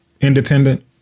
independent